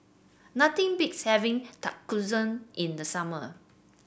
nothing beats having Tonkatsu in the summer